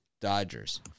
Dodgers